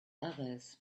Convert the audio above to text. others